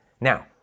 Now